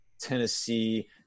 Tennessee